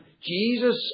Jesus